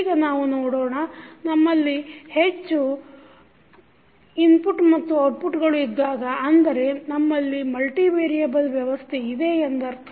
ಈಗ ನಾವು ನೋಡೋಣ ನಿಮ್ಮಲ್ಲಿ ಹೆಚ್ಚು ಇನ್ಪುಟ್ ಮತ್ತು ಔಟ್ಪುಟ್ಗಳು ಇದ್ದಾಗ ಅಂದರೆ ನಮ್ಮಲ್ಲಿ ಮಲ್ಟಿ ವೇರಿಯಬಲ್ ವ್ಯವಸ್ಥೆ ಇದೆ ಎಂದರ್ಥ